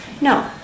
No